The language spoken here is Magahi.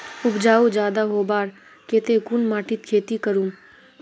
उपजाऊ ज्यादा होबार केते कुन माटित खेती करूम?